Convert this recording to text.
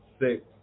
six